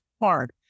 hard